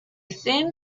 thin